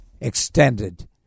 extended